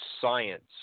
science